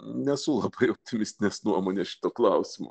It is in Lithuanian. nesu labai optimistinės nuomonės šituo klausimu